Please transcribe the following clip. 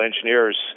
engineer's